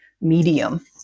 medium